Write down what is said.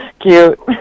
cute